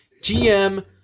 GM